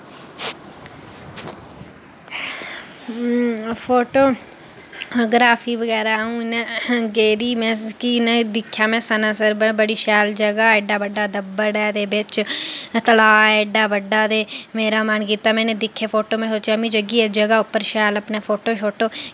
photo अगर FB बगैरा अ'ऊं इन्ने गेदी में कि में दिक्खेआ में सनासर बड़ी शैल जगह ऐ एड्डा बड्डा दब्बड़ ऐ ते बिच तलाऽ ऐ एड्डा बड्डा ते मेरा मन कीता में दिक्खेआ फोटो ते में सोचेआ में जाह्गी इस जगह उप्पर शैल अपने फोटो शोटो